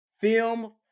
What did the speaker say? film